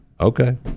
Okay